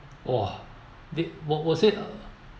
!wah! did was was it a